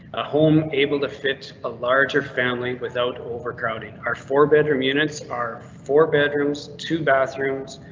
ah home able to fit a larger family without overcrowding. our four bedroom units are four bedrooms, two bathrooms,